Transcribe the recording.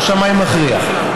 לא שמאי מכריע,